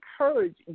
encourage